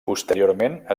posteriorment